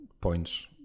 points